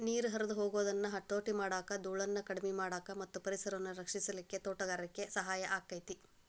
ನೇರ ಹರದ ಹೊಗುದನ್ನ ಹತೋಟಿ ಮಾಡಾಕ, ದೂಳನ್ನ ಕಡಿಮಿ ಮಾಡಾಕ ಮತ್ತ ಪರಿಸರವನ್ನ ರಕ್ಷಿಸಲಿಕ್ಕೆ ತೋಟಗಾರಿಕೆ ಸಹಾಯ ಆಕ್ಕೆತಿ